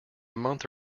month